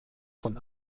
von